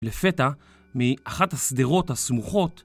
לפתע, מאחת השדרות הסמוכות...